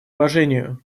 уважению